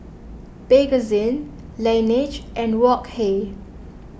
Bakerzin Laneige and Wok Hey